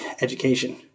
education